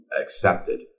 accepted